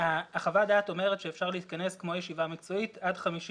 חוות הדעת אומרת שאפשר להתכנס כמו ישיבה מקצועית עד 50